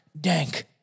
dank